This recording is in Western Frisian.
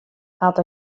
hat